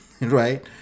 right